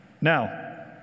Now